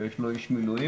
שיש לו איש מילואים,